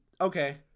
Okay